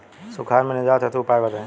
सुखार से निजात हेतु उपाय बताई?